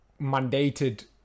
mandated